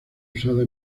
usada